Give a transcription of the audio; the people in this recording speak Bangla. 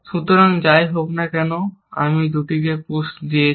সুতরাং যাই হোক না কেন আমি দুটিকে পুসড দিয়েছি